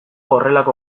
horrelako